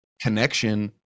connection